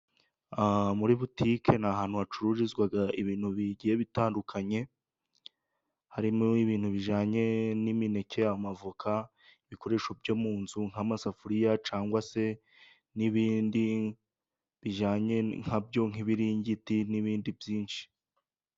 Muri butike ni ahantu hacururizwa ibintu bigiye bitandukanye, harimo ibintu bijyanye n'imineke, amavoka, ibikoresho byo mu nzu nk'amasafuriya, cyangwa se n'ibindi bijyanye nkabyo nk'ibiringiti, n'ibindi byinshi.